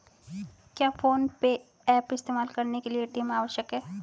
क्या फोन पे ऐप इस्तेमाल करने के लिए ए.टी.एम आवश्यक है?